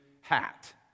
hat